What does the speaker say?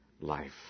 Life